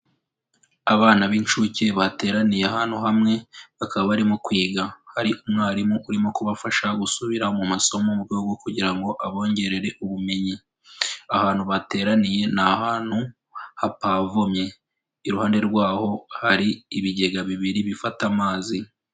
Abana b'inshuke bateraniye ahantu hamwe bakaba barimo kwiga, hari umwarimu urimo kubafasha gusubira mu masomo mu rwego rwo kugira ngo abongerere ubumenyi, ahantu bateraniye ni ahantu hapavomye, iruhande rwaho hari ibigega bibiri bifata amazi.